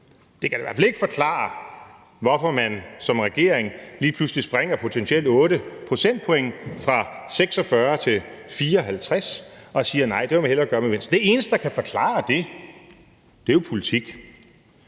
Det kan da i hvert fald ikke forklare, hvorfor man som regering lige pludselig springer potentielt 8 procentpoint, fra 46 til 54, og siger: Nej, det vil vi hellere gøre med venstrefløjen. Det eneste, der kan forklare det, er jo politik.